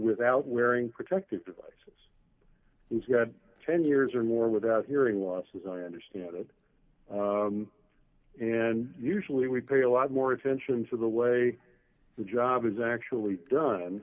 without wearing protective devices ten years or more without hearing loss as i understand it and usually we pay a lot more attention to the way the job is actually done